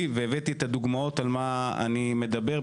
פה מסביב לשולחן --- בגלל אמרתי דוגמאות ספציפיות על מה שאני מדבר.